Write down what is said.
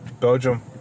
Belgium